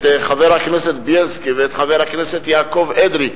את חבר הכנסת בילסקי ואת חבר הכנסת יעקב אדרי,